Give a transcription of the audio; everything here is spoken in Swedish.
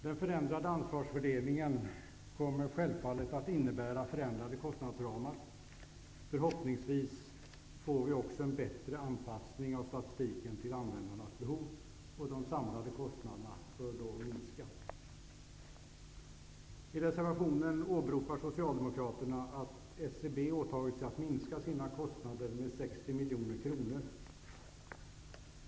Den förändrade ansvarsfördelningen kommer självfallet att innebära förändrade kostnadsramar. Förhoppningsvis får vi också en bättre anpassning av statistiken till användarnas behov. De samlade kostnaderna bör då minska. SCB åtagit sig att minska sina kostnader med 60 miljoner kronor.